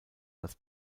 das